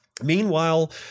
Meanwhile